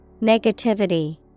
Negativity